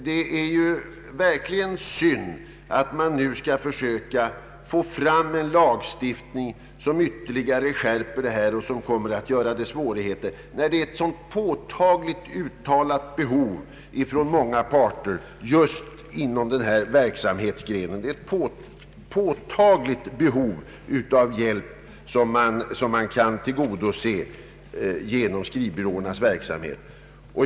Det är synd att man nu skall försöka få fram en ytterligare skärpt lagstiftning som kommer att bereda svårigheter för dessa serviceföretag. Herr talman!